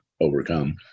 overcome